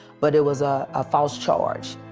but it was a ah false charge.